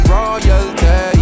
royalty